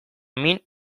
min